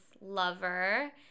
lover